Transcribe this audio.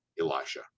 Elisha